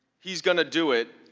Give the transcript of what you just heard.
he is going to do it,